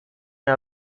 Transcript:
una